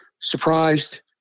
Surprised